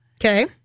Okay